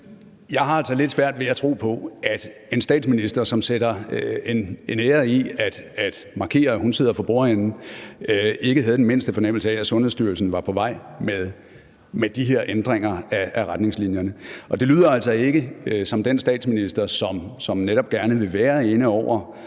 Jeg har altså lidt svært ved at tro på, at en statsminister, som sætter en ære i at markere, at hun sidder for bordenden, ikke havde den mindste fornemmelse af, at Sundhedsstyrelsen var på vej med de her ændringer af retningslinjerne. Det lyder altså ikke som den statsminister, som netop gerne vil være inde over